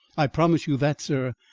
i promise you that, sir,